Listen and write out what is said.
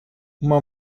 uma